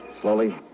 Slowly